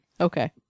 Okay